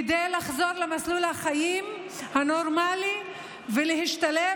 כדי לחזור למסלול החיים הנורמלי ולהשתלב,